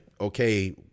okay